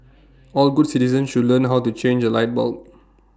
all good citizens should learn how to change A light bulb